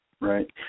Right